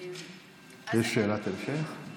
יש שאלת המשך?